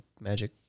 Magic